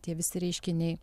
tie visi reiškiniai